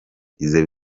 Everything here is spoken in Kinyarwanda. ize